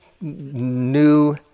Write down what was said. new